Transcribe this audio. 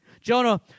Jonah